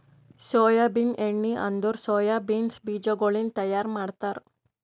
soybean ಎಣ್ಣಿ ಅಂದುರ್ soya beans ಬೀಜಗೊಳಿಂದ್ ತೈಯಾರ್ ಮಾಡ್ತಾರ